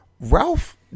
Ralph